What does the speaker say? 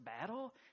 battle